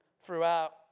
throughout